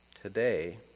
today